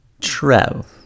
trev